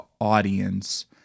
audience